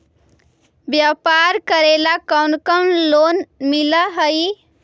व्यापार करेला कौन कौन लोन मिल हइ?